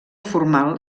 formal